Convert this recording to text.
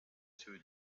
two